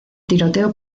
tiroteo